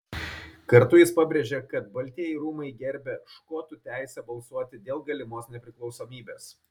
kartu jis pabrėžė kad baltieji rūmai gerbia škotų teisę balsuoti dėl galimos nepriklausomybės